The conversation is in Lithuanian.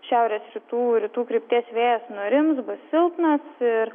šiaurės rytų rytų krypties vėjas nurims bus silpnas ir